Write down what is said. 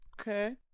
Okay